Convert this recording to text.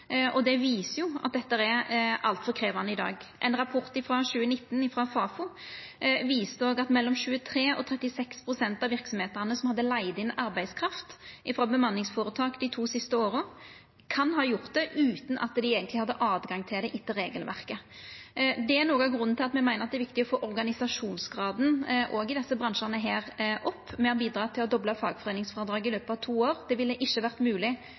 rapport frå 2019 frå Fafo viser at 23–36 pst. av verksemdene som hadde leigd inn arbeidskraft frå bemanningsføretak dei siste to åra, kan ha gjort det utan at dei eigentleg hadde høve til det etter regelverket. Det er noko av grunnen til at me meiner det er viktig å få organisasjonsgraden opp òg i desse bransjane. Me har bidrege med å dobla fagforeiningsfrådraget i løpet av to år. Det ville ikkje vore